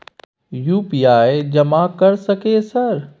UPI जमा कर सके सर?